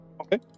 Okay